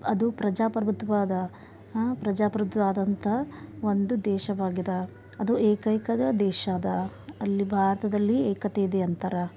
ಅದು ಪ್ರಜಾಪ್ರಭುತ್ವ ಅದ ಹಾಂ ಪ್ರಜಾಪ್ರಭುತ್ವ ಅದಂತ ಒಂದು ದೇಶವಾಗಿದೆ ಅದು ಏಕೈಕ ದೇಶ ಅದ ಅಲ್ಲಿ ಭಾರತದಲ್ಲಿ ಏಕತೆ ಇದೆ ಅಂತಾರ